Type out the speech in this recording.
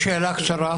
אפשר שאלה קצרה?